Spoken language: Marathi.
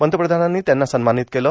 पंतप्रधानांनी त्यांना सन्मानत केलं